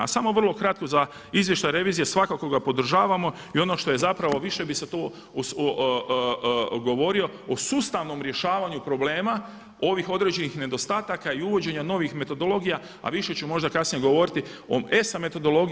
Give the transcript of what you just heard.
A samo vrlo kratko za izvještaj revizije svakako ga podržavamo i ono što je zapravo više bi se to govorilo o sustavnom rješavanju problema ovih određenih nedostataka i uvođenja novih metodologija a više ću možda kasnije govoriti o ESA metodologiji.